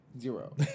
Zero